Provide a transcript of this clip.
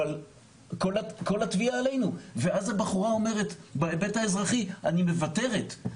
אבל כל התביעה עלינו ואז הבחורה אומרת בהיבט האזרחי: אני מוותרת,